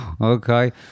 Okay